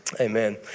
Amen